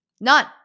None